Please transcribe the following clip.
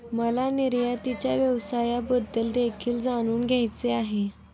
मला निर्यातीच्या व्यवसायाबद्दल देखील जाणून घ्यायचे आहे